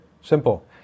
Simple